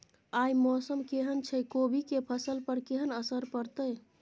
आय मौसम केहन छै कोबी के फसल पर केहन असर परतै?